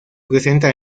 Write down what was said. presenta